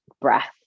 breath